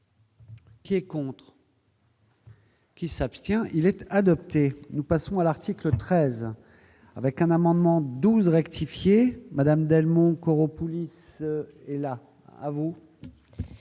qui est pour. Qui s'abstient, il est adopté, nous passons à l'article 13 avec un amendement 12 rectifier Madame Delmont poulies et là vous.